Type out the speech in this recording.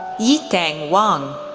yiteng wang,